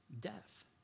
death